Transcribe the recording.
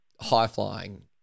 high-flying